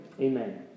amen